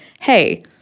hey